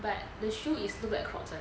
but the shoe is look like crocs [one]